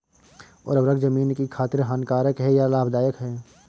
उर्वरक ज़मीन की खातिर हानिकारक है या लाभदायक है?